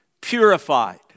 purified